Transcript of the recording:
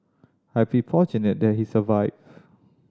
I feel fortunate that he survived